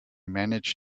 managed